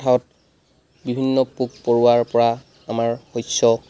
বা পথাৰত বিভিন্ন পোক পৰুৱাৰ পৰা আমাৰ শস্য